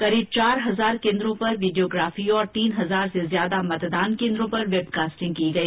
करीब चार हजार केन्द्रों पर वीडियोग्राफी और तीन हजार से ज्यादा मतदान केन्द्रों पर वेबकास्टिंग की गई